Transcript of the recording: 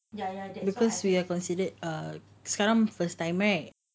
because we are considered err sekarang first time right